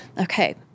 Okay